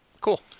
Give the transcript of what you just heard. Cool